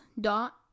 dot